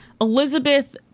Elizabeth